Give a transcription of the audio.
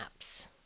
apps